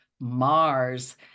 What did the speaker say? Mars